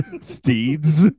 Steeds